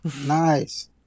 nice